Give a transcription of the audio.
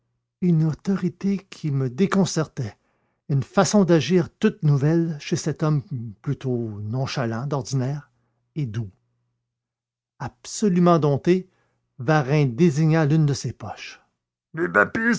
une autorité qui me déconcertait une façon d'agir toute nouvelle chez cet homme plutôt nonchalant d'ordinaire et doux absolument dompté varin désigna l'une de ses poches